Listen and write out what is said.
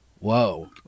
whoa